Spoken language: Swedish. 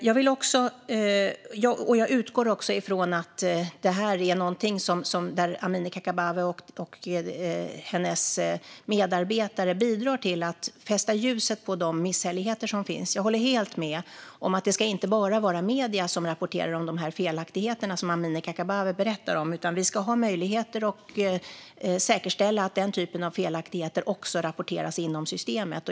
Jag utgår också från att det är något som Amineh Kakabaveh och hennes medarbetare bidrar till att sätta ljuset på. Det gäller även de misshälligheter som finns. Jag håller helt med om att det inte bara ska vara medier som rapporterar om de felaktigheter som Amineh Kakabaveh berättar om. Vi ska ha möjlighet att säkerställa att den typen av felaktigheter också rapporteras inom systemet.